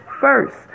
first